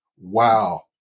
Wow